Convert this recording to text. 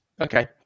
Okay